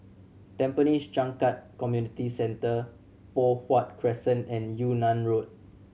Tampines Changkat Community Centre Poh Huat Crescent and Yunnan Road